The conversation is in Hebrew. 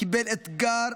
קיבל אתגר,